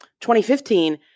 2015